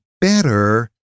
better